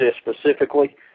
specifically